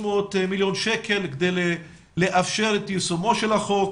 מיליון שקלים כדי לאפשר את יישומו של החוק.